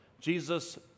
Jesus